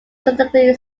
scientifically